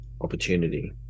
opportunity